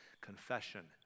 Confession